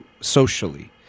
socially